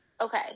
Okay